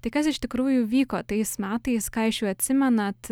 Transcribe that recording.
tai kas iš tikrųjų vyko tais metais ką iš jų atsimenat